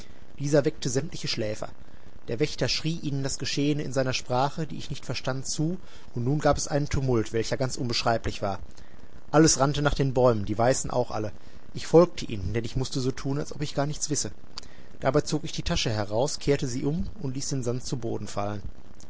dieser weckte sämtliche schläfer der wächter schrie ihnen das geschehene in seiner sprache die ich nicht verstand zu und nun gab es einen tumult welcher ganz unbeschreiblich war alles rannte nach den bäumen die weißen auch alle ich folgte ihnen denn ich mußte so tun als ob ich gar nichts wisse dabei zog ich die tasche heraus kehrte sie um und ließ den sand zu boden fallen